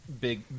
big